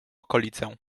okolicę